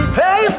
hey